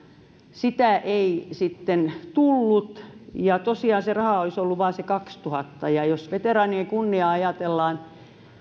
sitä ei sitten tullut ja tosiaan se raha olisi ollut vain se kaksituhatta jos veteraanien kunniaa ajatellaan